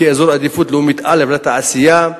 כאזור עדיפות לאומית א' לתעשייה.